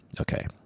Okay